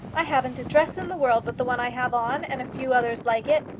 i haven't a dress in the world but the one i have on, and a few others like it.